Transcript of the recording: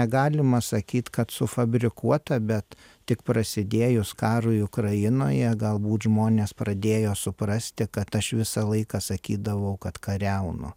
negalima sakyt kad sufabrikuota bet tik prasidėjus karui ukrainoje galbūt žmonės pradėjo suprasti kad aš visą laiką sakydavau kad kariaunu